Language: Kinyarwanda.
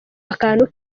akantu